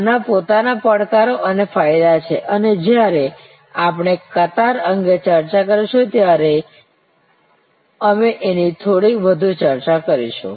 આના પોતાના પડકારો અને ફાયદા છે અને જ્યારે આપણે કતાર અંગે ચર્ચા કરીશું ત્યારે અમે તેની થોડી વધુ ચર્ચા કરીશું